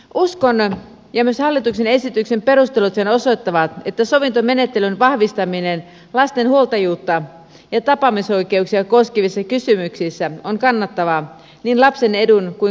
uskon ja myös hallituksen esityksen perustelut sen osoittavat että sovintomenettelyn vahvistaminen lasten huoltajuutta ja tapaamisoikeuksia koskevissa kysymyksissä on kannattavaa niin lapsen edun kuin kansantaloudenkin kannalta